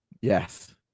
Yes